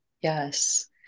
Yes